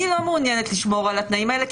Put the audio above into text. אני לא מעוניינת לשמור על התנאים האלה,